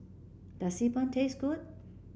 does Xi Ban taste good